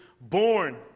born